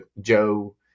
Joe